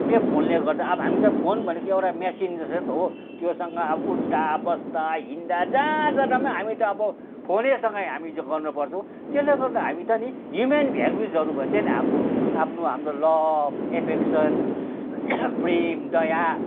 यो फोनले गर्दा अब हामी त फोन भनेको एउटा मसिन जस्तै त हो त्योसँग उठ्दा बस्दा हिँड्दा जहाँ जाँदा पनि हामी त अब फोनैसँग हामी गर्नु पर्छौँ त्यसले गर्दा हामी त नि ह्युमन भ्याल्युजहरू भन्छ नि हाम्रो आफ्नो हाम्रो लभ एफेक्सन प्रेम दया